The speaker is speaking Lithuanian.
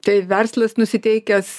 tai verslas nusiteikęs